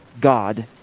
God